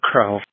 Crow